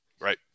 right